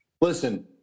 Listen